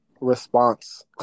response